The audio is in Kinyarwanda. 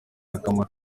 akamaro